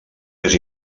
més